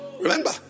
Remember